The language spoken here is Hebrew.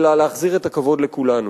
אלא להחזיר את הכבוד לכולנו.